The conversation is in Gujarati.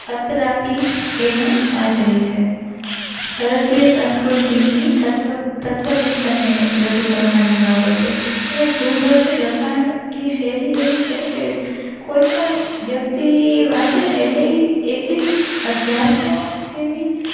અત્રાપી એ મેં વાંચેલી છે ભારતીય સંસ્કૃતિની તત્વ તત્વ ચિંતન ને રજૂ કરનારી બાબત છે અને ધ્રુવ ભટ્ટની લખાણની શૈલી એવી છે કે કોઈપણ વ્યક્તિ એ વાંચેને એટલે એ એટલી અધ્યાત્મ જેવી